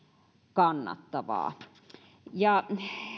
kannattavaa